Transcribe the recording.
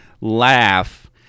laugh